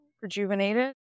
rejuvenated